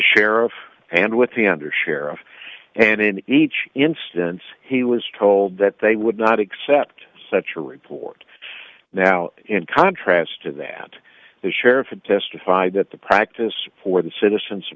sheriff and with the undersheriff and in each instance he was told that they would not accept such a report now in contrast to that the sheriff had testified that the practice for the citizens of